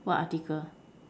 what article